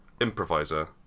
Improviser